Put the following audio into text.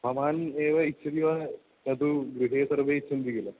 भवान् एव इच्छति वा तद् गृहे सर्वे इच्छन्ति किल